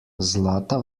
zlata